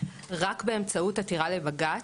רק באמצעות עתירה לבג"צ,